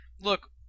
look